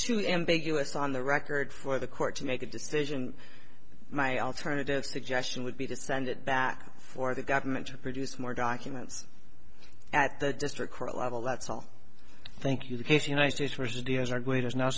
too ambiguous on the record for the court to make a decision my alternative suggestion would be to send it back for the government to produce more documents at the district court level that's all thank you the case united states versus the as our great is now